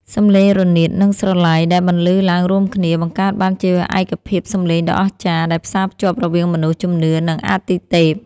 សម្លេងរនាត និងស្រឡៃដែលបន្លឺឡើងរួមគ្នា បង្កើតបានជាឯកភាពសម្លេងដ៏អស្ចារ្យដែលផ្សារភ្ជាប់រវាងមនុស្ស ជំនឿ និងអាទិទេព